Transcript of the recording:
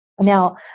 Now